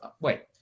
wait